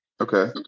Okay